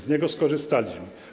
Z niego skorzystaliśmy.